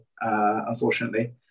unfortunately